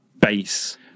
base